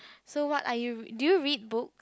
so what are you do you read book